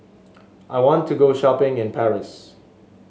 I want to go shopping in Paris